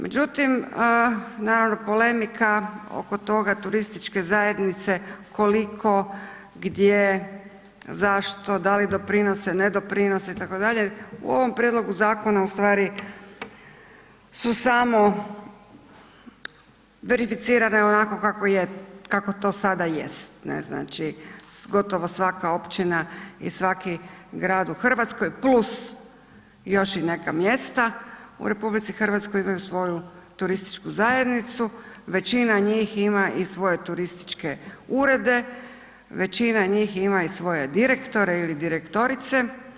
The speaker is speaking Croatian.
Međutim, naravno polemika oko toga turističke zajednice koliko, gdje, zašto, da li doprinose, ne doprinose itd., u ovom prijedlogu zakona u stvari su samo verificirane onako kako to sada jest, znači, gotovo svaka općina i svaki grad u RH + još i neka mjesta u RH imaju svoju turističku zajednicu, većina njih ima i svoje turističke urede, većina njih ima i svoje direktore ili direktorice.